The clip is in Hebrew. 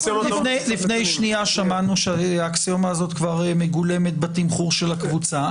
שנייה שמענו שהאקסיומה הזו כבר מגולמת בתמחור של הקבוצה.